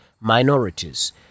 minorities